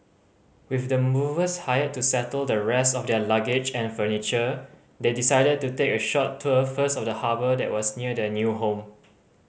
with the movers hired to settle the rest of their luggage and furniture they decided to take a short tour first of the harbour that was near their new home